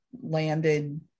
landed